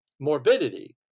morbidity